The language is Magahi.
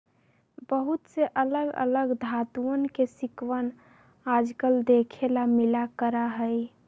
बहुत से अलग अलग धातुंअन के सिक्कवन आजकल देखे ला मिला करा हई